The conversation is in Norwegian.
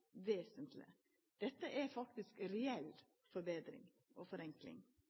Dette er faktisk ei reell forbetring og forenkling.